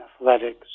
athletics